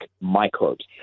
microbes